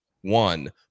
one